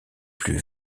plus